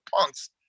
punks